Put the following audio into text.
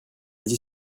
dit